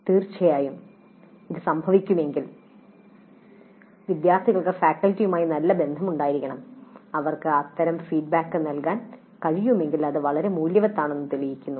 തീർച്ചയായും ഇത് സംഭവിക്കണമെങ്കിൽ വിദ്യാർത്ഥികൾക്ക് ഫാക്കൽറ്റികളുമായി നല്ല ബന്ധം ഉണ്ടായിരിക്കണം അവർക്ക് അത്തരം ഒരു ഫീഡ്ബാക്ക് നൽകാൻ കഴിയുമെങ്കിൽ അത് വളരെ മൂല്യവത്താണെന്ന് തെളിയിക്കുന്നു